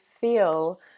feel